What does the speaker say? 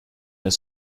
when